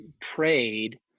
prayed